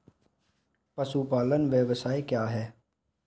पशुपालन व्यवसाय क्या है?